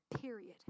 Period